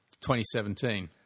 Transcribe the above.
2017